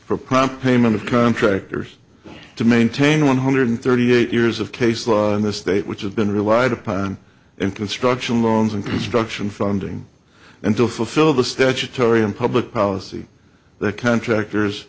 for prime payment of contractors to maintain one hundred thirty eight years of case law in the state which have been relied upon in construction loans and construction funding and to fulfill the statutory in public policy that contractors